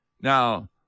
Now